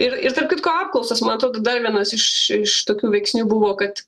ir ir tarp kitko apklausos man atrodo dar vienas iš iš tokių veiksnių buvo kad